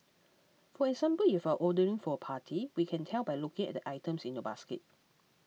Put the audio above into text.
for example if you're ordering for a party we can tell by looking at the items in your basket